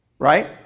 right